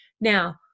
now